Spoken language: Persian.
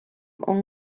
اون